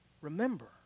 Remember